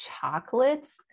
chocolates